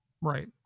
right